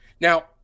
now